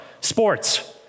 Sports